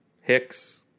Hicks